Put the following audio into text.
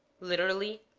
literally,